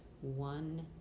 one